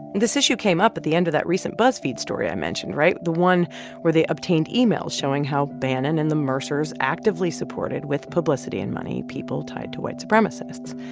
this issue came up at the end of that recent buzzfeed story i mentioned right? the one where they obtained emails showing how bannon and the mercers actively supported with publicity and money people tied to white supremacists.